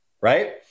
right